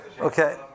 Okay